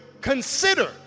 consider